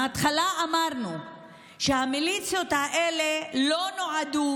מהתחלה אמרנו שהמיליציות האלה לא נועדו